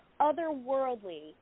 otherworldly